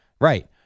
Right